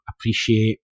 appreciate